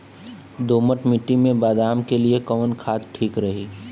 दोमट मिट्टी मे बादाम के लिए कवन खाद ठीक रही?